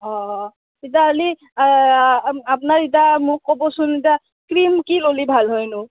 অঁ অঁ তেতিয়াহ'লি আ আপনাৰ এতিয়া মোক ক'বচোন এতিয়া ক্ৰিম কি ললি ভাল হয়নো